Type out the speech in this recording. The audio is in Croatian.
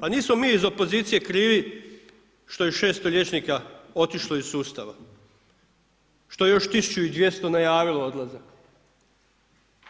Ma nismo mi iz opozicije krivi, što je 600 liječnika otišlo iz sustava, što je 1200 najavilo odlazak,